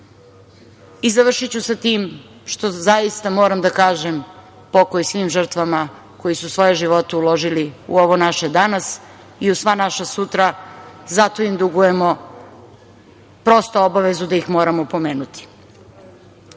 Završiću sa tim što zaista moram da kažem, pokoj svim žrtvama koje su svoje uložili u ovo naše danas i u sva naša sutra. Zato im dugujemo obavezu da ih moramo pomenuti. Uvažene